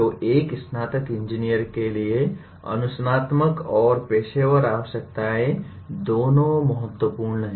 तो एक स्नातक इंजीनियर के लिए अनुशासनात्मक और पेशेवर आवश्यकताएं दोनों महत्वपूर्ण हैं